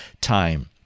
time